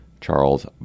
Charles